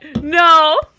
No